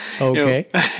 okay